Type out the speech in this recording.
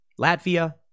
Latvia